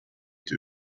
too